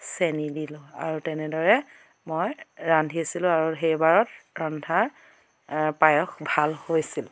চেনী দিলো আৰু তেনেদৰে মই ৰান্ধিছিলোঁ আৰু সেইবাৰত ৰন্ধা পায়স ভাল হৈছিল